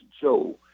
Joe